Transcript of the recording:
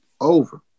over